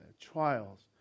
trials